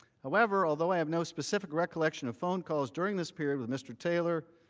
however, although i have no specific recollection of phone calls during this period with mr. taylor,